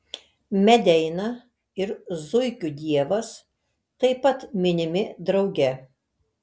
medeina ir zuikių dievas taip pat minimi drauge